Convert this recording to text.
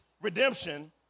redemption